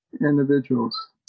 individuals